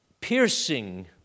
piercing